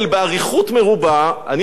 אני חשבתי שגברת מראיינת,